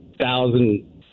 thousand